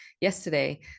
yesterday